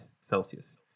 celsius